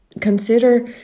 Consider